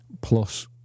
plus